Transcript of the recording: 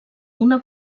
una